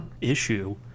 issue